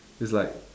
it's like